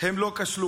הן לא כשלו,